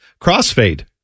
Crossfade